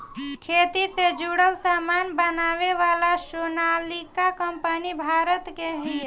खेती से जुड़ल सामान बनावे वाली सोनालिका कंपनी भारत के हिय